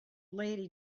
lady